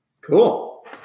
Cool